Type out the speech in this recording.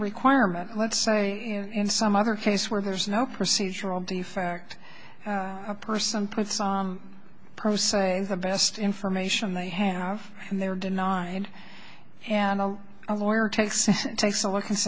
a requirement let's say in some other case where there's no procedural the fact a person puts on per se the best information they have and they were denied and a lawyer takes it takes a look and